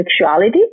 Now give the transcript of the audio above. sexuality